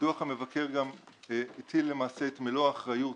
דוח המבקר הטיל את מלוא האחריות